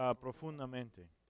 profundamente